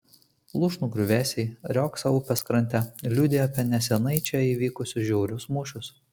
lūšnų griuvėsiai riogsą upės krante liudijo apie neseniai čia vykusius žiaurius mūšius